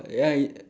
ya he